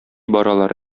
баралар